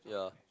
yeah